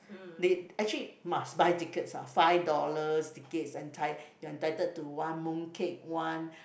they actually must buy tickets ah five dollars tickets enti~ entitled to one mooncake one